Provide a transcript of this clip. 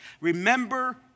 Remember